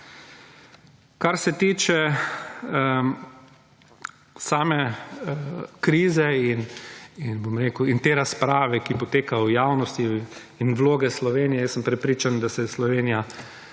Kar se tiče same krize in te razprave, ki poteka v javnosti, in vloge Slovenije, jaz sem prepričan, da se Slovenija